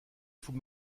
faut